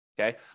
okay